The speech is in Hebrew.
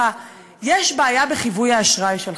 יש בעיה בחיווי האשראי שלך.